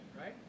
right